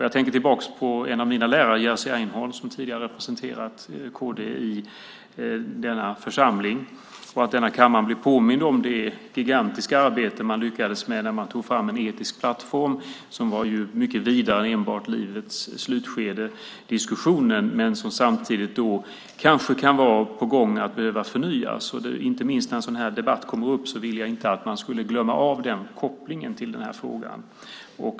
Jag tänker tillbaka på en av mina lärare, Jerzy Einhorn, som tidigare representerade Kristdemokraterna i denna församling, och påminner denna kammare om det gigantiska arbete som man lyckades med när man tog fram en etisk plattform som var mycket vidare än att bara handla om diskussionen om livets slutskede. Men denna plattform kan kanske behöva förnyas. Inte minst när en sådan här debatt kommer upp vill jag att man inte ska glömma denna koppling till frågan.